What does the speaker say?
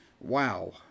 Wow